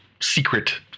secret